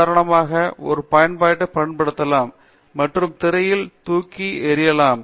உதாரணமாக ஒரு பயன்பாட்டை பயன்படுத்தலாம் மற்றும் திரையில் தூக்கி எறியலாம்